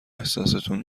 احساستون